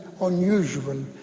unusual